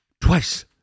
twice